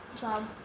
job